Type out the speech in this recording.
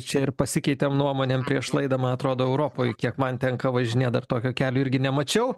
čia ir pasikeitėm nuomonėm prieš laidą man atrodo europoj kiek man tenka važinėt dar tokio kelio irgi nemačiau